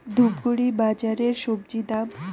ধূপগুড়ি বাজারের স্বজি দাম?